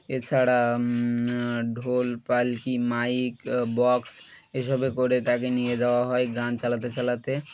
এছাড়া ঢোল পালকি মাইক বক্স এসবে করে তাকে নিয়ে দেওয়া হয় গান চালাতে চালাতে